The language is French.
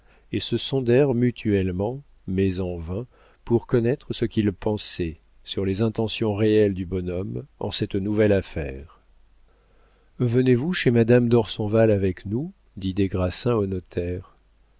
et se sondèrent mutuellement mais en vain pour connaître ce qu'ils pensaient sur les intentions réelles du bonhomme en cette nouvelle affaire venez-vous chez madame dorsonval avec nous dit des grassins au notaire